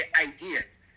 ideas